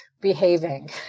behaving